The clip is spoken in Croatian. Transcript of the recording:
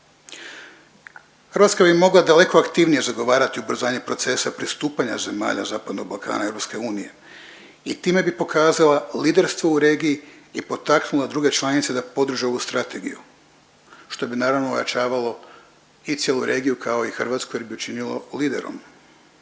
Hrvatska bi mogla daleko aktivnije zagovarati ubrzanje procesa pristupanja zemalja Zapadnog Balkana EU i time bi pokazala liderstvo u regiji i potaknula druge članice da podrže ovu strategiju što bi naravno ojačavalo i cijelu regiju kao i Hrvatsko jer bi ju činilo liderom.